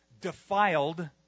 defiled